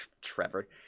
Trevor